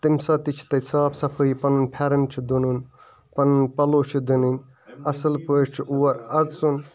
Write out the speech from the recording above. تَمہِ ساتہٕ تہِ چھِ تَتہِ صاف صَفٲی پَنُن پھیٚرَن چھُ دٕنُن پَنُن پَلوٚو چھِ دٕنٕنۍ اصٕل پٲٹھۍ چھُ اور اَژُن